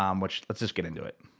um which, let's just get into it.